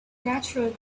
neutral